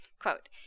Quote